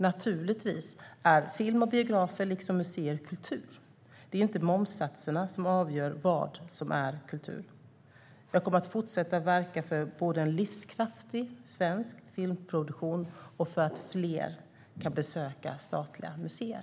Naturligtvis är film och biografer liksom museer kultur. Det är inte momssatserna som avgör vad som är kultur. Jag kommer att fortsätta verka för både en livskraftig svensk filmproduktion och att fler kan besöka statliga museer.